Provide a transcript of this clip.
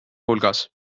hulgas